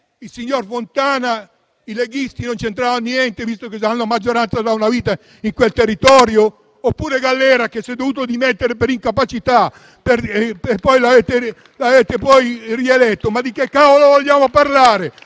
il signor Fontana e i leghisti non c'entravano niente, visto che hanno la maggioranza da una vita in quel territorio? Oppure Gallera, che si è dovuto dimettere per incapacità e che avete poi rieletto? Ma di che cavolo vogliamo parlare?